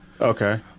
Okay